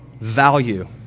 value